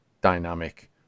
dynamic